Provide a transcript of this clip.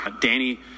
Danny